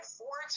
four